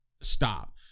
stop